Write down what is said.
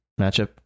matchup